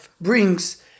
brings